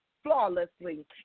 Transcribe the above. flawlessly